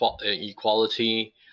equality